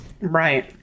Right